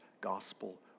gospel